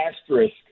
asterisk